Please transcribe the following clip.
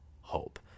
hope